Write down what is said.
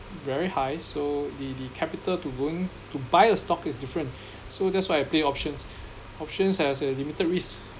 very high so the the capital to going to buy a stock is different so that's why I play options options has a limited risk